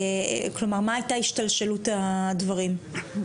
וכלומר, מה הייתה השתלשלות הדברים?